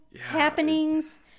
happenings